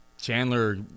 Chandler